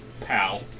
pal